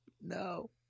No